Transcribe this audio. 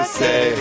say